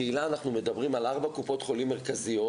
בקהילה אנחנו מדברים על ארבע קופות חולים מרכזיות,